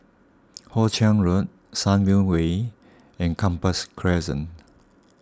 Hoe Chiang Road Sunview Way and Gambas Crescent